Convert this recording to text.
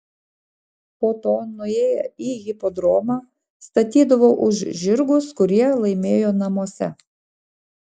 po to nuėję į hipodromą statydavo už žirgus kurie laimėjo namuose